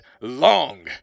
long